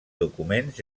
documents